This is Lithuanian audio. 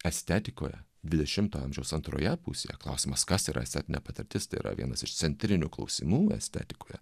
estetikoje dvidešimto amžiaus antroje pusėje klausimas kas yra estetinė patirtis tai yra vienas iš centrinių klausimų estetikoje